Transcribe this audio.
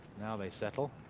now they settle.